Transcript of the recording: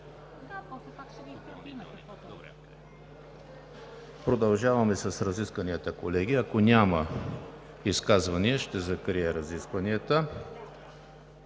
Продължаваме с разискванията, колеги. Ако няма изказвания, ще закрия разискванията.